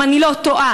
אם אני לא טועה,